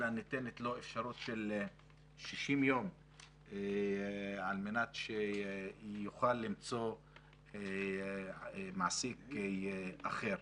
אלא ניתנת לו אפשרות של 60 יום על מנת שיוכל למצוא מעסיק אחר.